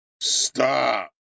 Stop